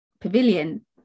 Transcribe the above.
pavilion